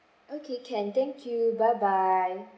okay can thank you bye bye